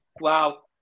wow